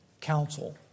counsel